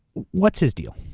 what's his deal?